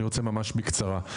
אני רוצה ממש בקצרה.